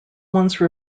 once